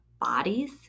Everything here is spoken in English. bodies